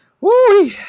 woo